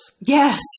Yes